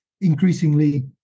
increasingly